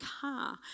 car